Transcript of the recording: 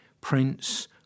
Prince